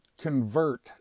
convert